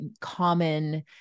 common